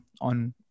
on